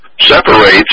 separates